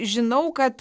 žinau kad